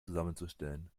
zusammenzustellen